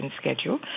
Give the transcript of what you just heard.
schedule